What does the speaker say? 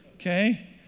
okay